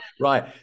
Right